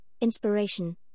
inspiration